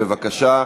בבקשה.